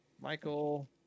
Michael